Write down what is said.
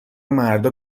مردا